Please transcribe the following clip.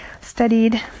studied